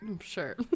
Sure